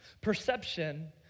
Perception